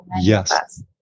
Yes